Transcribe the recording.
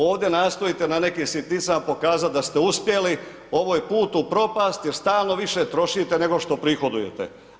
Ovdje nastojite na nekim sitnicama pokazati da ste uspjeli, ovo je put u propast jel stalno više trošite nego što prihodujete.